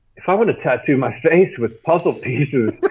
if i want to tattoo my face with puzzle pieces